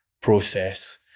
process